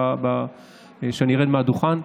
כשארד מהדוכן.